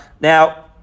now